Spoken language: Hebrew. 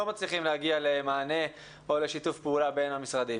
מצליחים להגיע למענה או לשיתוף פעולה בין המשרדים,